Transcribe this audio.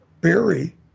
Barry